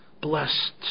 blessed